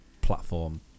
Platform